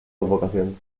advocación